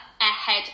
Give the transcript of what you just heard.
ahead